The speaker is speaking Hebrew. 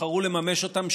בחרו לממש אותם.